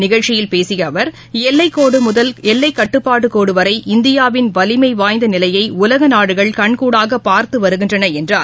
நிகழ்ச்சியில் அவர் பேசகையில் எல்லைக்கோடுமுதல் எல்லைக்கட்டுப்பாட்டுகோடுவரை இந்தியாவின் வலிமைவாய்ந்தநிலையைஉலகநாடுகள் கண்கூடாகபார்த்துவருகின்றனஎன்றார்